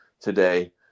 today